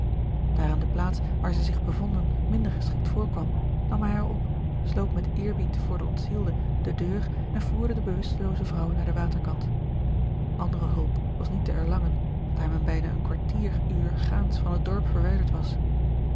daar hem de plaats waar zij zich bevonden minder geschikt voorkwam nam hij haar op sloot met eerbied voor den ontzielde de deur en voerde de bewustelooze vrouw naar den waterkant andere hulp was niet te erlangen daar men bijna een kwartier uur gaans van het dorp verwijderd was